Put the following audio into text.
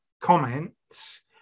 comments